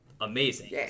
amazing